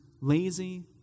lazy